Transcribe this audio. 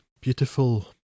beautiful